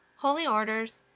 holy orders,